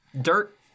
Dirt